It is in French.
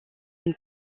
une